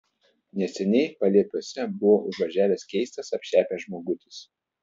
neseniai paliepiuose buvo užvažiavęs keistas apšepęs žmogutis